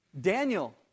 Daniel